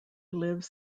lives